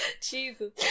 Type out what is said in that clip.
Jesus